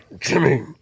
Jimmy